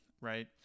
right